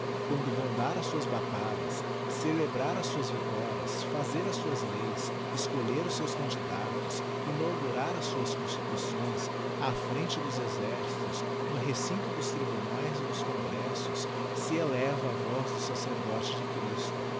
quando vão dar as suas batalhas celebrar as suas victorias fazer as suas leis escolher os seus candidatos inaugurar as suas constituições á frente dos exércitos no recinto dos tribuuaes e dos congressos se eleva a voz do sacerdote de christo